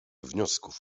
wniosków